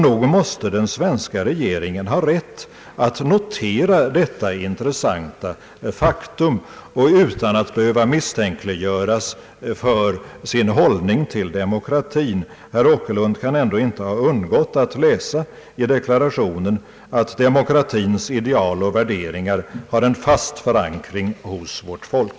Nog måste den svenska regeringen ha rätt att notera detta intressanta faktum utan att behöva misstänkliggöras för sin hållning till demokratin. Herr Åkerlund kan ändå inte ha undgått att läsa i deklarationen, att demokratins ideal och värderingar har en fast förankring hos vårt folk.